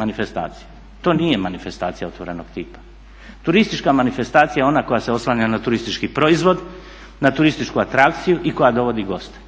manifestacija. To nije manifestacija otvorenog tipa. Turistička manifestacija je ona koja se oslanja na turistički proizvod, na turističku atrakciju i koja dovodi goste.